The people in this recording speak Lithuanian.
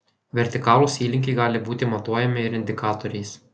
vertikalūs įlinkiai gali būti matuojami ir indikatoriais